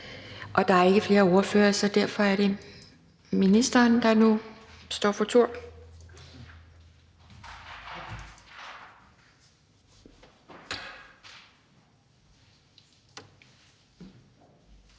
Der er ikke flere ordførere, så derfor er det ministeren, der nu står for tur.